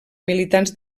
militants